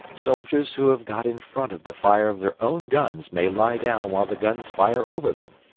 soldiers who have got in front of the fire of their own guns may lie down while the guns fire over them.